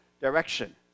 direction